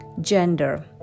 Gender